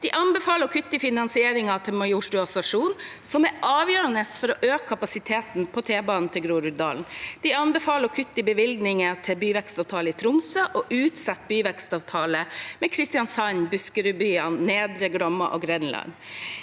De anbefaler å kutte i finansieringen til Majorstuen stasjon, som er avgjørende for å øke kapasiteten på T-banen til Groruddalen. De anbefaler å kutte i bevilgningen til byvekstavtale i Tromsø og utsette byvekstavtale med Kristiansand, Buskerudbyen, Nedre Glomma og Grenland.